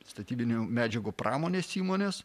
statybinių medžiagų pramonės įmonės